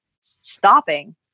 stopping